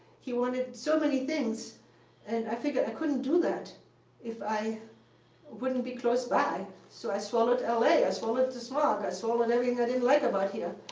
he wanted so many things and i figured i couldn't do that if i wouldn't be close by. so i swallowed la, i swallowed the smog, i swallowed everything i didn't like about here.